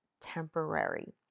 temporary